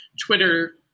Twitter